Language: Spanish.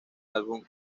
álbum